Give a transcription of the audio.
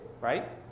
right